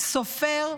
סופר ומשורר.